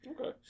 Okay